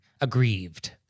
aggrieved